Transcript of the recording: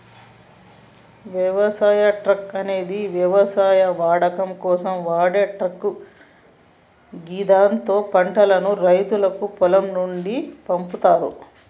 వ్యవసాయ ట్రక్ అనేది వ్యవసాయ వాడకం కోసం వాడే ట్రక్ గిదాంతో పంటను రైతులు పొలం నుండి పంపుతరు